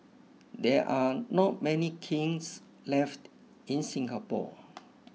there are not many kilns left in Singapore